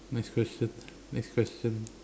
next question next question